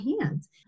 hands